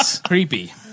Creepy